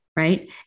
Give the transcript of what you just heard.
Right